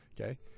okay